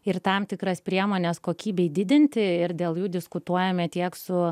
ir tam tikras priemones kokybei didinti ir dėl jų diskutuojame tiek su